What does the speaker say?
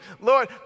Lord